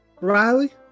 Riley